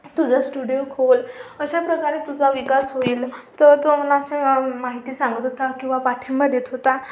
तुझा स्टुडिओ खोल अशा प्रकारे तुझा विकास होईल तर तो मला असं माहिती सांगत होता किंवा पाठिंबा देत होता